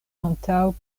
antaŭ